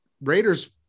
Raiders